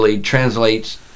translates